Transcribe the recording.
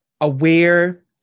aware